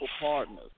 partners